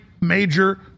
major